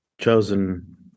chosen